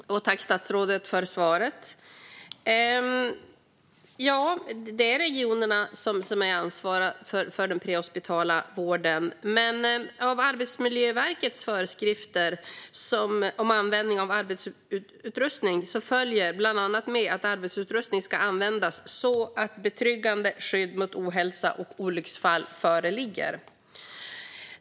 Fru talman! Jag tackar statsrådet för svaret. Det är regionerna som är ansvariga för den prehospitala vården. Men av Arbetsmiljöverkets föreskrifter om användning av arbetsutrustning följer bland annat att arbetsutrustning ska användas så att betryggande skydd mot ohälsa och olycksfall föreligger.